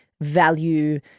value